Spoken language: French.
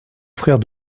frère